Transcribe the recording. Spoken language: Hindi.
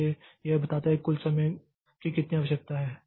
इसलिए यह बताता है कि कुल समय की कितनी आवश्यकता है